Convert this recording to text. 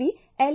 V L